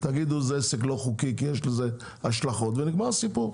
תגידו זה עסק לא חוקי כי יש לזה השלכות ונגמר הסיפור,